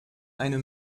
eine